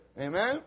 Amen